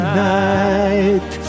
Tonight